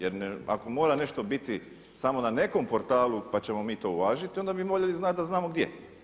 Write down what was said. Jer ako mora nešto biti samo na nekom portalu pa ćemo mi to uvažiti, onda bi voljeli znati da znamo gdje.